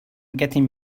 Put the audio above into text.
getting